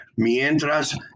mientras